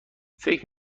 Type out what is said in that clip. فکر